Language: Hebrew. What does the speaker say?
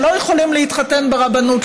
שלא יכולים להתחתן ברבנות,